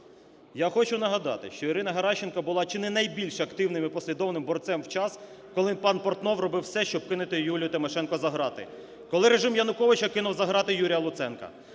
Я хочу нагадати, що Ірина Геращенко була чи не найбільш активним і послідовним борцем у час, коли пан Портнов робив все, щоб кинути Юлію Тимошенко за ґрати, коли режим Януковича кинув за ґрати Юрія Луценка.